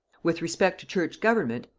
with respect to church government,